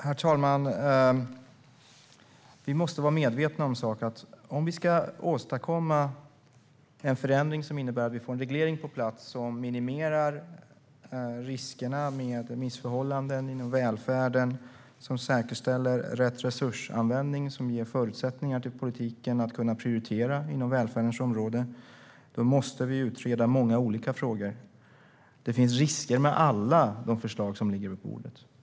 Herr talman! Ska vi åstadkomma en förändring som innebär att vi får en reglering på plats som minimerar riskerna för missförhållanden inom välfärden, som säkerställer rätt resursanvändning och som ger förutsättningar för politiken att prioritera inom välfärdsområdet måste vi utreda många olika frågor. Det finns risker med alla de förslag som ligger på bordet.